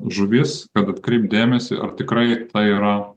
žuvis kad atkreipt dėmesį ar tikrai ta yra